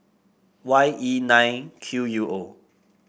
Y E nine Q U O